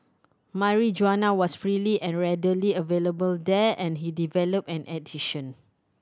Marijuana was freely and readily available there and he developed an addiction